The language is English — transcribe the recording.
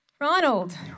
Ronald